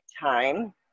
Time